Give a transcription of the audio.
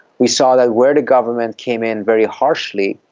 we saw that where the government came in very harshly